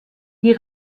die